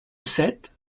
sept